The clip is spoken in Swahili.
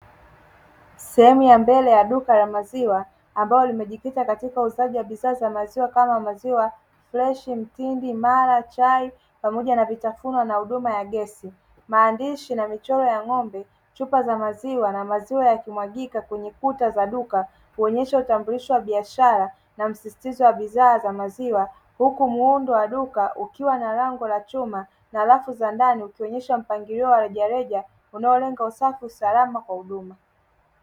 Sehemu ya mbele ya duka ya maziwa ambayo limejikita katika uuzaji wa bidhaa za maziwa kama maziwa freshi, mtindi, chai pamoja na vitafunwa na huduma ya gesi maandishi na michoro ya ng'ombe chupa za maziwa na maziwa yakimwagika kwenye kuta za duka kuonyesha utambulisho wa biashara na msisitizo wa bidhaa za maziwa, huku muundo wa duka ukiwa na lango la chuma na rafu za ndani zikionesha mpangilio wa rejareja unaolenga usafi salama kwa huduma.